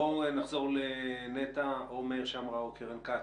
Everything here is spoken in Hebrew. בואו נחזור לנת"ע, או למאיר שמרה או לקרן כץ.